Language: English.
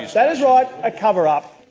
that is right, a cover-up.